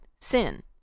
sin